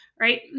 Right